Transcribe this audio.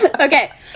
okay